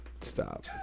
Stop